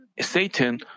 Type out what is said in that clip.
Satan